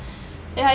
ya